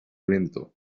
lento